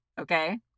Okay